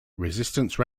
resistance